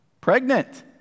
Pregnant